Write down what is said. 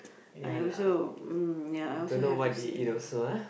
I also mm ya I also have to see